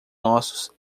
nossos